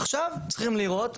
עכשיו צריכים לראות,